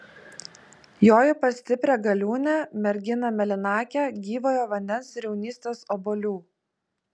joju pas stiprią galiūnę merginą mėlynakę gyvojo vandens ir jaunystės obuolių